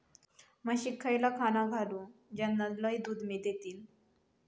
म्हशीक खयला खाणा घालू ज्याना लय दूध देतीत?